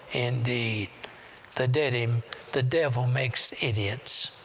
indeed! the dedim the devil makes idiots!